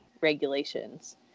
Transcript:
regulations